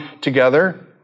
together